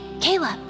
Caleb